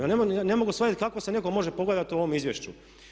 Ja ne mogu shvatiti kako se nekome može pogodovati u ovom izvješću.